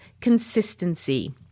consistency